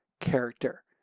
character